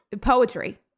poetry